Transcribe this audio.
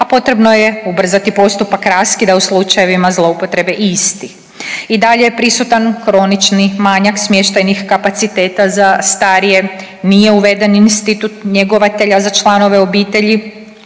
a potrebno je ubrzati postupak raskida u slučajevima zloupotrebe istih. I dalje je prisutan kronični manjak smještajnih kapaciteta za starije, nije uveden institut njegovatelja za članove obitelji